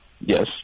Yes